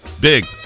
Big